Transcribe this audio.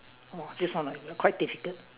!wah! this one ah quite difficult